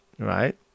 Right